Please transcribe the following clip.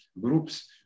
groups